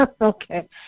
Okay